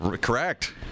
Correct